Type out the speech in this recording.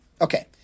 Okay